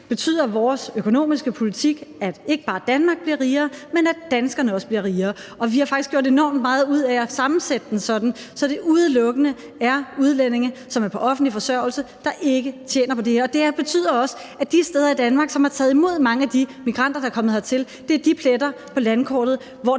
betyder vores økonomiske politik, at ikke bare Danmark bliver rigere, men at danskerne også bliver rigere. Og vi har faktisk gjort enormt meget ud af at sammensætte den sådan, at det udelukkende er udlændinge, som er på offentlig forsørgelse, der ikke tjener på det her. Og det betyder også, at de steder, der har taget imod mange af de migranter, der er kommet hertil, er de pletter på landkortet, hvor